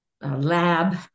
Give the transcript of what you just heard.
lab